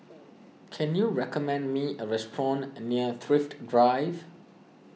can you recommend me a restaurant near Thrift Drive